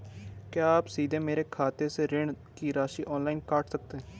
क्या आप सीधे मेरे खाते से ऋण की राशि ऑनलाइन काट सकते हैं?